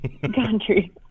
country